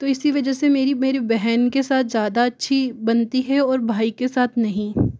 तो इसी वजह से मेरी मेरी बहन के साथ ज़्यादा अच्छी बनती है और भाई के साथ नहीं